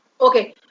Okay